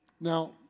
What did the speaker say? Now